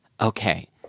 Okay